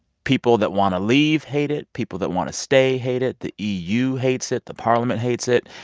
people that want to leave hate it. people that want to stay hate it. the eu hates it. the parliament hates it.